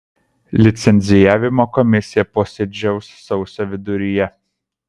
licencijavimo komisija posėdžiaus sausio viduryje